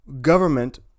government